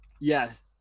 yes